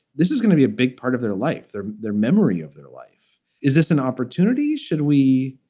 this is gonna be a big part of their life. their their memory of their life. is this an opportunity? should we.